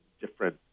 different